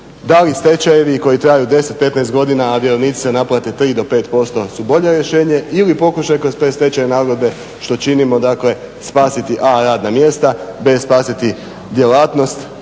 Da li stečajevi koji traju 10, 15 godina, a vjerovnici se naplate 3% do 5% su bolje rješenje ili pokušaj kroz prestečajne nagodbe što činimo, spasiti a) radna mjesta, b) spasiti djelatnost,